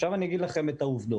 עכשיו אני אומר לכם את העובדות.